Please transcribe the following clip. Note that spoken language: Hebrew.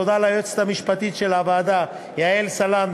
תודה ליועצת המשפטית של הוועדה יעל סלנט,